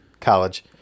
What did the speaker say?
college